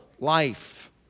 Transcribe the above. life